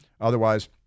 Otherwise